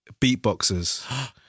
beatboxers